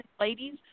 ladies